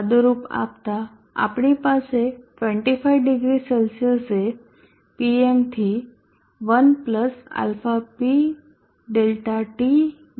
સાદુંરૂપ આપતા આપણી પાસે 250 C એ Pm થી 1 α p ΔT 100 છે